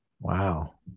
Wow